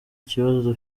kibazo